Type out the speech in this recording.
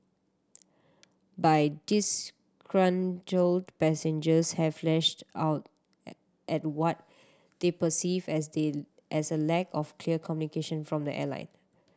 by disgruntled passengers have lashed out at what they perceived as the as a lack of clear communication from the airline